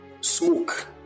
smoke